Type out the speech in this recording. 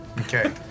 Okay